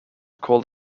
called